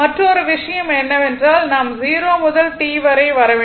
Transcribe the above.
மற்றொரு விஷயம் என்னவென்றால் நாம் 0 முதல் t வரை வர வேண்டும்